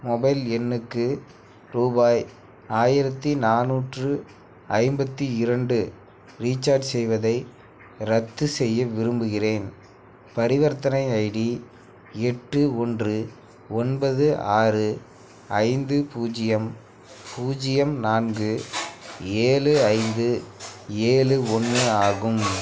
mobile எண்ணுக்கு ரூபாய் ஆயிரத்து நானூற்று ஐம்பத்து இரண்டு ரீசார்ஜ் செய்வதை ரத்து செய்ய விரும்புகிறேன் பரிவர்த்தனை ஐடி எட்டு ஒன்று ஒன்பது ஆறு ஐந்து பூஜ்ஜியம் பூஜ்ஜியம் நான்கு ஏழு ஐந்து ஏழு ஒன்று ஆகும்